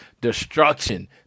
destruction